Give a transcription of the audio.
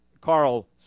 Carl